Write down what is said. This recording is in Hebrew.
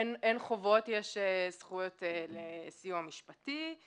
אין חובות, יש זכויות לסיוע משפטי,